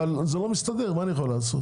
אבל זה לא מסתדר מה אני יכול לעשות?